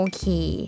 Okay